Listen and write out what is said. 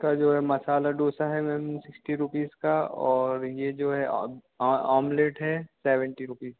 इसका जो है मसाला डोसा है मैम सिक्सटी रूपीस का और यह जो है ऑमलेट है सेवेंटी रूपीस